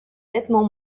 nettement